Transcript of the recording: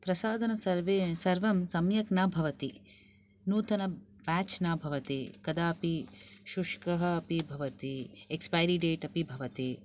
प्रसाधनं सर्वे सर्वं सम्यक् न भवति नूतन बेच् न भवति कदापि शुष्कः अपि भवति एक्स्पायरी डेट् अपि भवति